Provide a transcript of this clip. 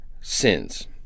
sins